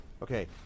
Okay